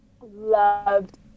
loved